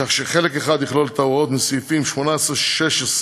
הכנסת מחליטה, לפי סעיף 84(ב)